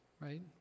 right